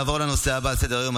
נעבור לנושא הבא על סדר-היום,